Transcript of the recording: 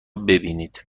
ببینید